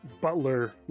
butler